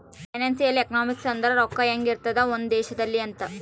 financial economics ಅಂದ್ರ ರೊಕ್ಕ ಹೆಂಗ ಇರ್ತದ ಒಂದ್ ದೇಶದಲ್ಲಿ ಅಂತ